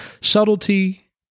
subtlety